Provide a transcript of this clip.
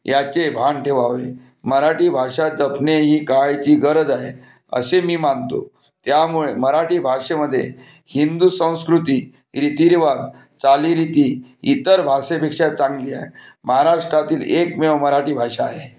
याचे भान ठेवावे मराठी भाषा जपणे ही काळची गरज आहे असे मी मानतो त्यामुळे मराठी भाषेमधे हिंदू संस्कृती रीतीरिवाज चालीरिती इतर भाषेपेक्षा चांगली आहे महाराष्ट्रातील एकमेव मराठी भाषा आहे